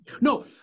No